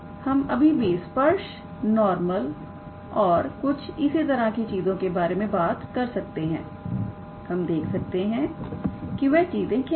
हम अभी भी स्पर्श नॉरमल और कुछ इसी तरह की चीजों के बारे में बात कर सकते हैं हम देख सकते हैं कि वह चीजें क्या है